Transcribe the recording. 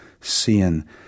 seeing